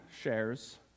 shares